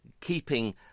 keeping